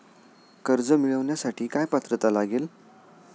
कर्ज मिळवण्यासाठी काय पात्रता लागेल?